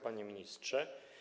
Panie Ministrze!